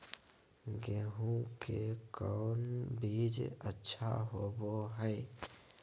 गेंहू के कौन बीज अच्छा होबो हाय?